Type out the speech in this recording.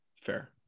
fair